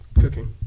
Cooking